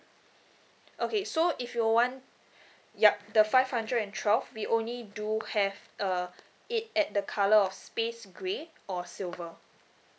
okay so if you want yup the five hundred and twelve we only do have uh it at the colour of space grey or silver